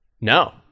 No